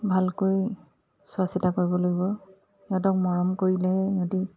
ভালকৈ চোৱা চিতা কৰিব লাগিব সিহঁতক মৰম কৰিলেহে সিহঁতি